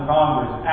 Congress